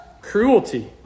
cruelty